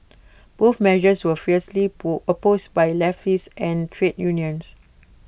both measures were fiercely opposed by leftists and trade unions